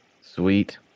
Sweet